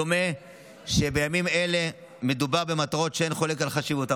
דומה שבימים אלה מדובר במטרות שאין חולק על חשיבותן.